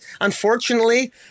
unfortunately